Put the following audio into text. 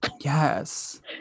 yes